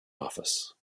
office